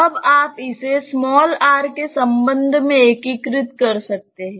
अब आप इसे r के संबंध में एकीकृत कर सकते हैं